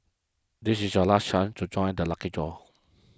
this is your last chance to join the lucky draw